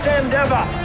endeavor